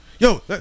Yo